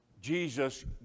Jesus